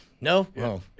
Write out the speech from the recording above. No